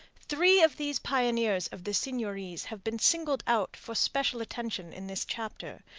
three of these pioneers of the seigneuries have been singled out for special attention in this chapter,